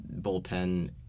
bullpen